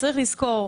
צריך לזכור,